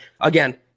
Again